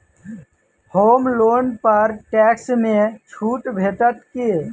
होम loan पर tax मे छुट भेटत की